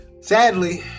Sadly